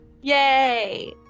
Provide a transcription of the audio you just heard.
Yay